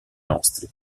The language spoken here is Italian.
nostri